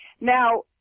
Now